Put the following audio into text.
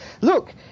look